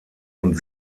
und